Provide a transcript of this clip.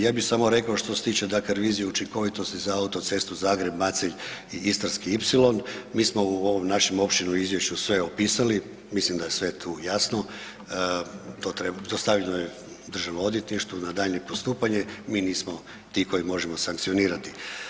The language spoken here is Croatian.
Ja bi samo rekao što se tiče, dakle revizije učinkovitosti za autocestu Zagreb-Macelj i Istarski ipsilon, mi smo u ovom našem opširnom izvješću sve opisali, mislim da je sve tu jasno, to treba, dostavljeno je državnom odvjetništvu na daljnje postupanje, mi nismo ti koji možemo sankcionirati.